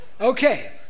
Okay